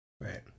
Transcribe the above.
Right